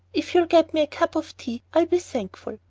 if you'll get me a cup of tea i'll be thankful.